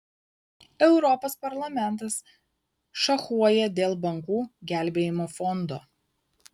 europos parlamentas šachuoja dėl bankų gelbėjimo fondo